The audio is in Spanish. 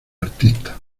artista